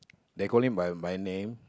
they call me by my name